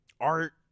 art